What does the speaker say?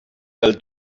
del